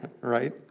Right